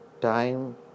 time